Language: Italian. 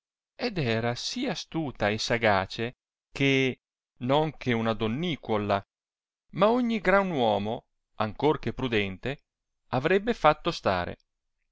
ed era sì astuta e sagace che non che una donnicuoua ma ogni gran uomo ancor che prudente arrebbe fatto stare